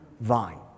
vine